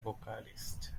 vocalist